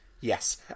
Yes